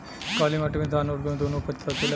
काली माटी मे धान और गेंहू दुनो उपज सकेला?